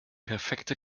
perfekte